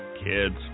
Kids